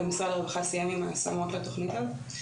ומשרד הרווחה סיים עם ההשמות לתכנית הזו.